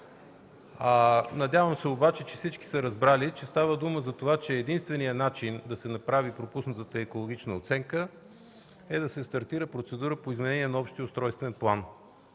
Надявам се обаче, че всички са разбрали, че става дума за това, че единственият начин да се направи пропуснатата екологична оценка е да се стартира процедура по изменение на Общия устройствен план.